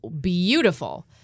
beautiful